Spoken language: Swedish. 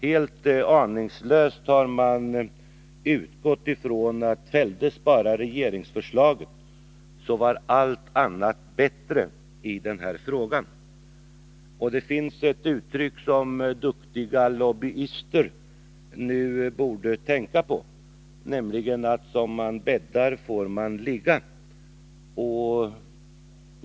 Helt aningslöst har man arbetat för att fälla regeringsförslaget i den här frågan och utgått ifrån att allt annat var bättre än det. Det finns ett ordspråk som duktiga lobbyister nu borde besinna, nämligen: Som man bäddar får man ligga.